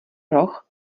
roh